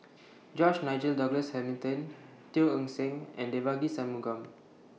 George Nigel Douglas Hamilton Teo Eng Seng and Devagi Sanmugam